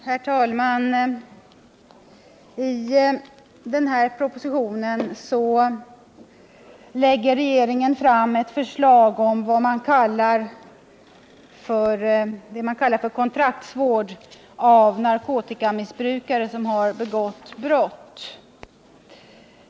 Herr talman! I den här propositionen lägger regeringen fram ett förslag om vad man kallar kontraktsvård av narkotikamissbrukare som har begått brott.